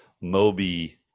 Moby